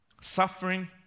Suffering